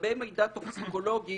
לגבי מידע טוקסיקולוגי,